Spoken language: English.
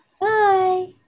bye